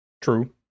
True